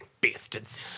Bastards